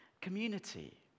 community